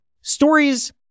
Stories